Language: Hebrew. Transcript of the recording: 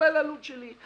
כולל הלול שלי.